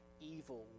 evil